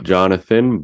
Jonathan